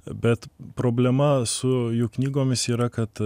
bet problema su jų knygomis yra kad